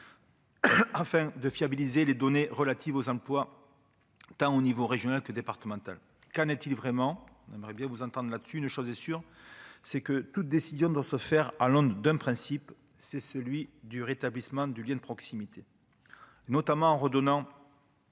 afin de fiabiliser les données relatives aux emplois tant au niveau régional que départemental, qu'en est-il vraiment, on aimerait bien vous entende là-dessus, une chose est sûre, c'est que toute décision doit se faire à Londres d'un principe, c'est celui du rétablissement du lien de proximité, notamment en redonnant